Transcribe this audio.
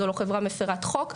זו לא חברה מפרת חוק.